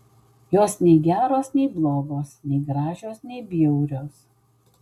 jos nei geros nei blogos nei gražios nei bjaurios